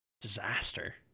Disaster